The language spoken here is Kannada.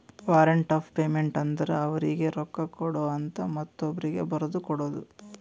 ವಾರಂಟ್ ಆಫ್ ಪೇಮೆಂಟ್ ಅಂದುರ್ ಅವರೀಗಿ ರೊಕ್ಕಾ ಕೊಡು ಅಂತ ಮತ್ತೊಬ್ರೀಗಿ ಬರದು ಕೊಡೋದು